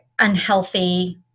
Unhealthy